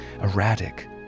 erratic